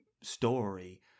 story